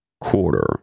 quarter